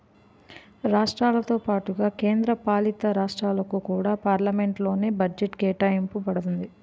రాష్ట్రాలతో పాటుగా కేంద్ర పాలితరాష్ట్రాలకు కూడా పార్లమెంట్ లోనే బడ్జెట్ కేటాయింప బడుతుంది